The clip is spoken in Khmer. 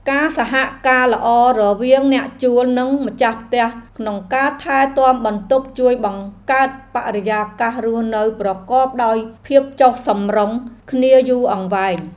ការសហការល្អរវាងអ្នកជួលនិងម្ចាស់ផ្ទះក្នុងការថែទាំបន្ទប់ជួយបង្កើតបរិយាកាសរស់នៅប្រកបដោយភាពចុះសម្រុងគ្នាយូរអង្វែង។